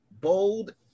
bold